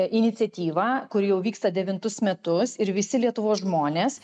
iniciatyvą kuri jau vyksta devintus metus ir visi lietuvos žmonės